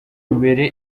imbere